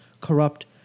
corrupt